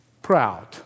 proud